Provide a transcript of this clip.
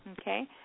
Okay